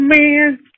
man